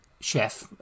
chef